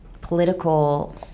political